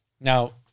Now